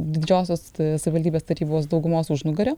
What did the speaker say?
didžiosios savivaldybės tarybos daugumos užnugario